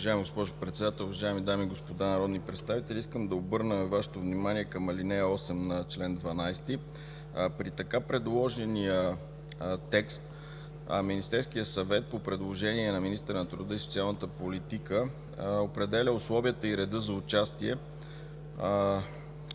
Уважаема госпожо Председател, уважаеми дами и господа народни представители! Искам да обърна Вашето внимание на чл. 12, ал. 8. С така предложения текст Министерският съвет по предложение на министъра на труда и социалната политика определя условията и реда за участие